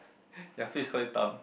Yafis call you thumb